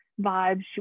vibes